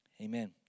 Amen